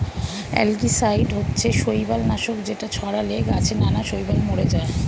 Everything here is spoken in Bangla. অ্যালগিসাইড হচ্ছে শৈবাল নাশক যেটা ছড়ালে গাছে নানা শৈবাল মরে যায়